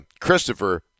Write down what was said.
Christopher